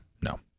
No